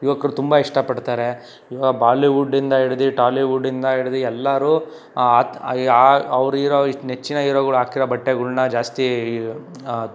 ಯುವಕರು ತುಂಬ ಇಷ್ಟಪಡ್ತಾರೆ ಇವಾಗ ಬಾಲಿವುಡ್ಡಿಂದ ಹಿಡದಿ ಟಾಲಿವುಡ್ಡಿಂದ ಹಿಡದಿ ಎಲ್ಲರೂ ಅವ್ರ ಇರೋ ನೆಚ್ಚಿನ ಈರೋಗಳು ಹಾಕಿರೋ ಬಟ್ಟೆಗಳ್ನ ಜಾಸ್ತಿ